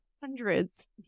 hundreds